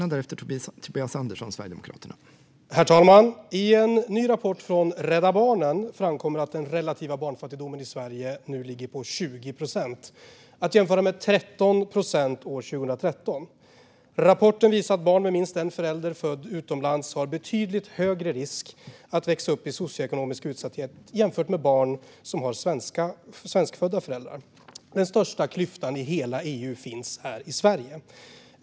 Herr talman! I en ny rapport från Rädda Barnen framkommer att den relativa barnfattigdomen i Sverige nu ligger på 20 procent, att jämföra med 13 procent år 2013. Rapporten visar att barn med minst en förälder född utomlands löper betydligt högre risk att växa upp i socioekonomisk utsatthet jämfört med barn som har svenskfödda föräldrar. Den största klyftan i hela EU finns här i Sverige.